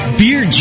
beer